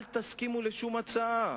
אל תסכימו לשום הצעה,